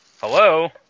hello